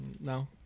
No